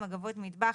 מגבות מטבח,